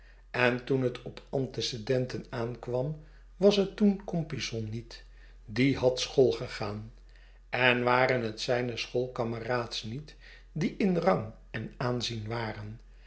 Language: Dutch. en toen het op antecedenten aankwam was het toen compeyson niet die had schoolgegaan en waren het zijne schoolkameraads niet die in rang en aanzien waren